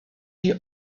you